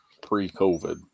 pre-COVID